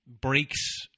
breaks